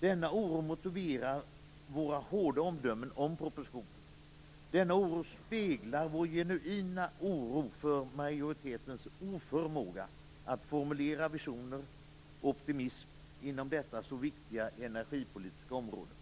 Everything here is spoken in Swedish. Denna oro motiverar våra hårda omdömen om propositionen. Den speglar också en genuin oro för majoritetens oförmåga att formulera visioner och optimism inom detta så viktiga energipolitiska område.